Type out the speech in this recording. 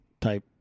type